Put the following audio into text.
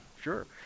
Sure